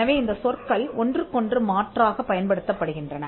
எனவே இந்த சொற்கள் ஒன்றுக்கொன்று மாற்றாகப் பயன்படுத்தப்படுகின்றன